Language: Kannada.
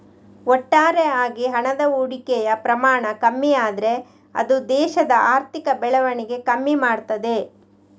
ಒಟ್ಟಾರೆ ಆಗಿ ಹಣದ ಹೂಡಿಕೆಯ ಪ್ರಮಾಣ ಕಮ್ಮಿ ಆದ್ರೆ ಅದು ದೇಶದ ಆರ್ಥಿಕ ಬೆಳವಣಿಗೆ ಕಮ್ಮಿ ಮಾಡ್ತದೆ